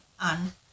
on